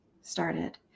started